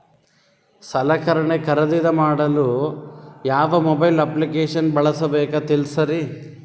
ಸಲಕರಣೆ ಖರದಿದ ಮಾಡಲು ಯಾವ ಮೊಬೈಲ್ ಅಪ್ಲಿಕೇಶನ್ ಬಳಸಬೇಕ ತಿಲ್ಸರಿ?